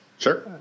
Sure